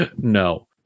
no